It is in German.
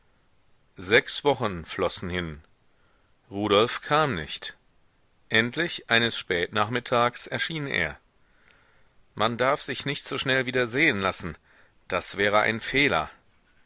sechs wochen flossen hin rudolf kam nicht endlich eines spätnachmittags erschien er man darf sich nicht so schnell wieder sehen lassen das wäre ein fehler